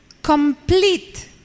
complete